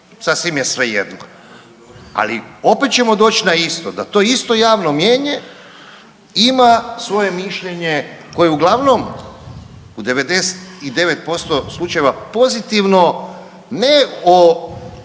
sasvim je svejedno, ali opet ćemo doć na isto, da to isto javno mijenje ima svoje mišljenje koje uglavnom u 99% slučajeva pozitivno ne o